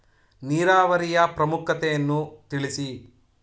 ನೀರಾವರಿಯ ಪ್ರಾಮುಖ್ಯತೆ ಯನ್ನು ತಿಳಿಸಿ?